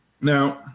Now